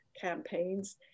campaigns